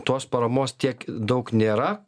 tos paramos tiek daug nėra